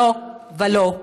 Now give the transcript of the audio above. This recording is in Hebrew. לא ולא.